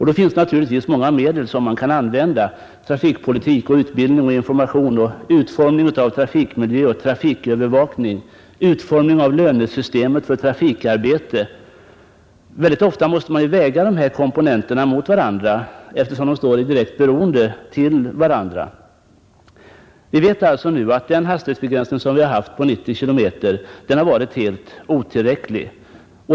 Då finns det naturligtvis många medel som man kan använda: trafikpolitik och utbildning, information, utformning av trafikmiljön och trafikövervakningen, utformning av lönesystemet för trafikarbete. Oftast måste dessa komponenter vägas mot varandra, och de är ju också direkt beroende av varandra. Vi vet alltså nu att den hastighetsbegränsning på 90 km som vi haft har varit helt otillräcklig.